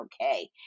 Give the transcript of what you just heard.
okay